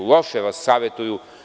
Loše vas savetuju.